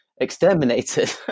exterminated